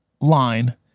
line